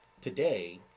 today